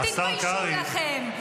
--- הפודלים,